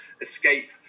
escape